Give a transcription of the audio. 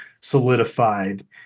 solidified